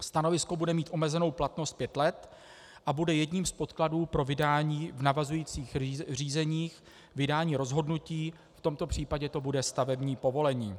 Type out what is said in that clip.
Stanovisko bude mít omezenou platnost pět let a bude jedním z podkladů pro vydání v navazujících řízeních vydání rozhodnutí, v tomto případě to bude stavební povolení.